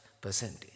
percentage